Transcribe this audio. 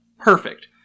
Perfect